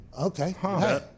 Okay